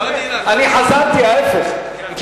ההיפך, חזרתי.